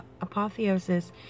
apotheosis